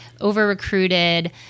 over-recruited